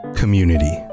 community